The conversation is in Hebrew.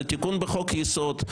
מדובר בתיקון בחוק יסוד,